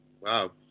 Wow